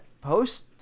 post